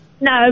no